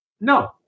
No